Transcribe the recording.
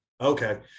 Okay